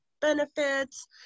benefits